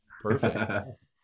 Perfect